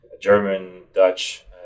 German-Dutch